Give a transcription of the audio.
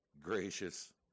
gracious